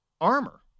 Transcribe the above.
armor